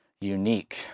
unique